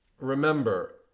remember